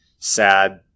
sad